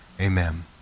amen